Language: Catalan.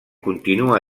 continua